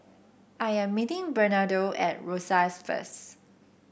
I am meeting Bernardo at Rosyth first